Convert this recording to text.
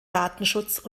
datenschutz